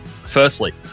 Firstly